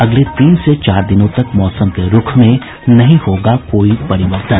अगले तीन से चार दिनों तक मौसम के रूख में नहीं होगा कोई परिवर्तन